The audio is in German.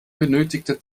benötigte